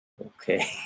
okay